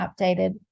updated